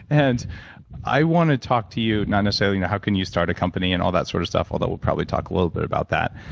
and i want to talk to you, not necessarily in a how can you start a company and all that sort of stuff, although we'll probably talk a little bit about that.